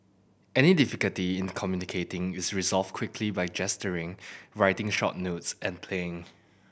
any difficulty in communicating is resolved quickly by gesturing writing short notes and playing